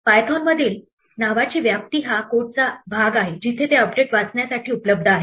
Python मधील नावाची व्याप्ती हा कोडचा भाग आहे जिथे ते अपडेट वाचण्यासाठी उपलब्ध आहे